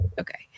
okay